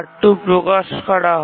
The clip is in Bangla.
R2 প্রকাশ করা হয়